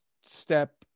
step